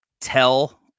tell